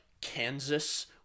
Kansas